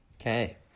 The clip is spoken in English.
Okay